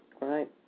right